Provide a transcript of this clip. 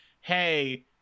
hey